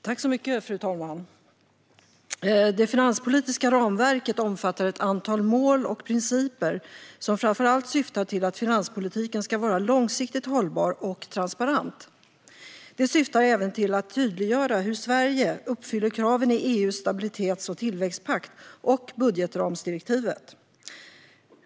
Fru talman! Det finanspolitiska ramverket omfattar ett antal mål och principer som framför allt syftar till att finanspolitiken ska vara långsiktigt hållbar och transparent. Det syftar även till att tydliggöra hur Sverige uppfyller kraven i EU:s stabilitets och tillväxtpakt och i budgetramsdirektivet.